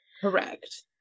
correct